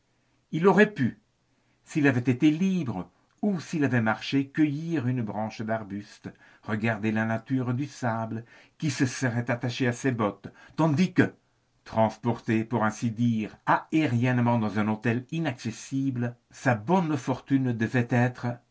il aurait pu s'il avait été libre ou s'il avait marché cueillir une branche d'arbuste regarder la nature du sable qui se serait attaché à ses bottes tandis que transporté pour ainsi dire aériennement dans un hôtel inaccessible sa bonne fortune devait être